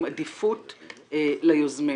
עם עדיפות ליוזמים.